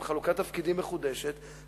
עם חלוקת תפקידים מחודשת,